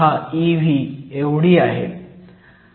10 eV आहे